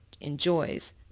enjoys